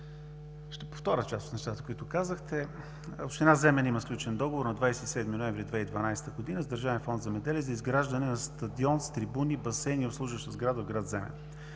Ще повторя част от нещата, които казахте. Община Земен има сключен договор на 27 ноември 2012 г. с Държавен фонд „Земеделие“ за изграждане на стадион с трибуни, басейни и обслужваща сграда в град Земен.